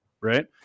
Right